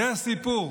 זה הסיפור.